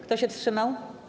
Kto się wstrzymał?